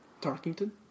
Tarkington